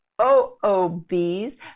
OOB's